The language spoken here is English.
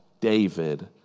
David